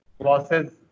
bosses